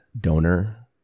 donor